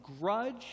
grudge